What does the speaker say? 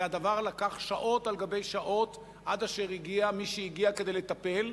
ולקח שעות על גבי שעות עד שהגיע מישהו כדי לטפל,